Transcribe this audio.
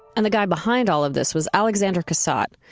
and the guy behind all of this was alexander cassatt.